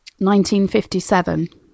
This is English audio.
1957